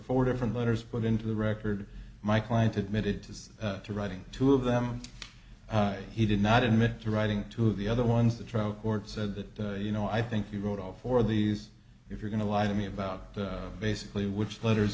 four different letters put into the record my client admitted to this to writing two of them he did not admit to writing to the other ones the trial court said that you know i think you wrote all four of these if you're going to lie to me about basically which letters